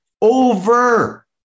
over